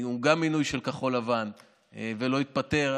שגם הוא מינוי של כחול ולבן ולא התפטר.